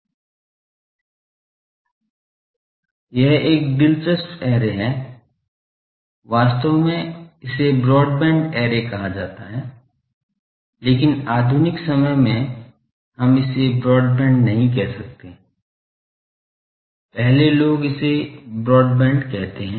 यह एक दिलचस्प ऐरे है वास्तव में इसे ब्रॉडबैंड ऐरे कहा जाता है लेकिन आधुनिक समय में हम इसे ब्रॉडबैंड नहीं कहते हैं पहले लोग इसे ब्रॉडबैंड कहते हैं